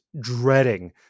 dreading